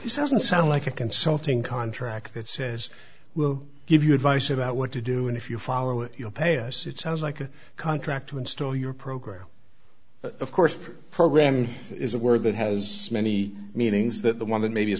and sound like a consulting contract that says we'll give you advice about what to do and if you follow it you'll pay us it sounds like a contract to install your program of course program is a word that has many meanings that the one that maybe